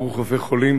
ברוך רופא חולים,